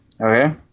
Okay